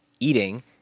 eating